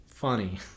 funny